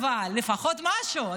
אבל לפחות משהו,